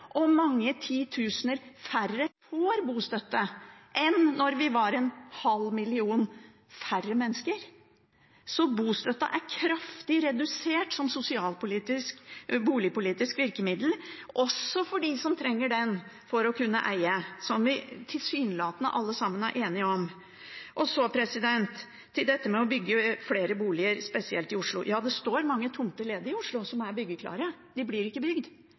og mange titusener færre får bostøtte enn da vi var en halv million færre mennesker. Så bostøtten er kraftig redusert som boligpolitisk virkemiddel, også for dem som trenger den for å kunne eie, som vi tilsynelatende alle sammen er enige om. Til dette med å bygge flere boliger, spesielt i Oslo: Ja, det står mange tomter ledig i Oslo, som er byggeklare. De blir ikke